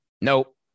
Nope